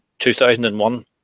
2001